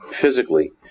physically